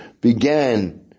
began